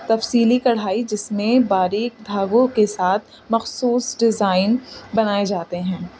تفصیلی کڑھائی جس میں باریک دھاگوں کے ساتھ مخصوص ڈیزائن بنائے جاتے ہیں